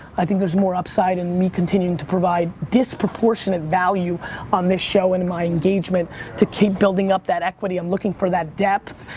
i think there's more upside in me continuing to provide disproportionate value on this show and my engagement to keep building up that equity. i'm looking for that depth.